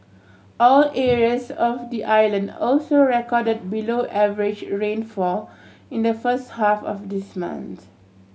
all areas of the island also record below average rainfall in the first half of this month